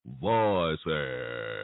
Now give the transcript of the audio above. voices